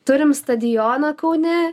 turim stadioną kaune